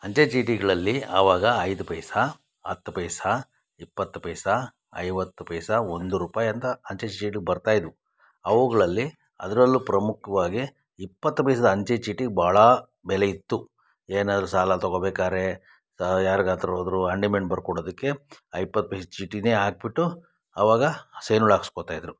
ಅಂಚೆಚೀಟಿಗಳಲ್ಲಿ ಆವಾಗ ಐದು ಪೈಸೆ ಹತ್ತು ಪೈಸೆ ಇಪ್ಪತ್ತು ಪೈಸೆ ಐವತ್ತು ಪೈಸೆ ಒಂದು ರೂಪಾಯಿ ಅಂತ ಅಂಚೆಚೀಟಿ ಬರ್ತಾಯಿದ್ದವು ಅವುಗಳಲ್ಲಿ ಅದರಲ್ಲೂ ಪ್ರಮುಖವಾಗಿ ಇಪ್ಪತ್ತು ಪೈಸದು ಅಂಚೆಚೀಟಿಗೆ ಬಹಳ ಬೆಲೆ ಇತ್ತು ಏನಾದರೂ ಸಾಲ ತೊಗೋಬೇಕಾದ್ರೆ ಯಾರಿಗಾದರೂ ಆದರೂ ಆನ್ ಡಿಮೆಂಡ್ ಬರ್ಕೊಡೋದಕ್ಕೆ ಆ ಇಪ್ಪತ್ತು ಪೈಸದು ಚೀಟಿನೇ ಹಾಕ್ಬಿಟ್ಟು ಆವಾಗ ಸೈನುಗಳು ಹಾಕ್ಸ್ಕೊತಾಯಿದ್ದರು